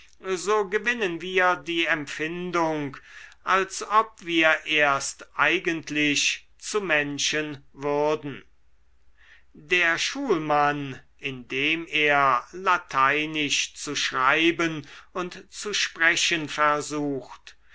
so gewinnen wir die empfindung als ob wir erst eigentlich zu menschen würden der schulmann indem er lateinisch zu schreiben und zu sprechen versucht